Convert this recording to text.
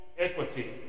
equity